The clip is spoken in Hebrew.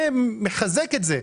זה מחזק את זה.